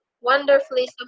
wonderfully